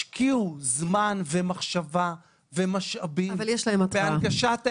שהשקיעו זמן, מחשבה ומשאבים בהנגשת העסק.